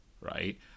right